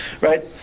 right